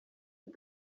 and